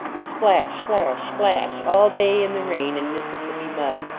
splash, splash, splash all day in the rain and mississippi mud.